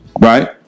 Right